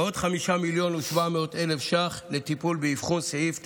ועוד 5.7 מיליון שקלים לטיפול ואבחון, כמובן,